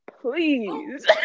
please